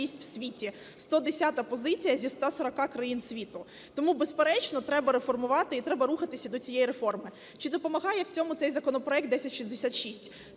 у світі, 110 позиція зі 140 країн світу. Тому безперечно треба реформувати і треба рухатися до цієї реформи. Чи допомагає в цьому цей законопроект 1066?